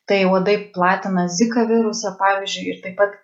tai uodai platina zika virusą pavyzdžiui ir taip pat